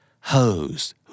Hose